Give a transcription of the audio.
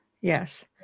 Yes